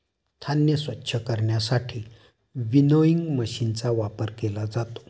धान्य स्वच्छ करण्यासाठी विनोइंग मशीनचा वापर केला जातो